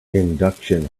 induction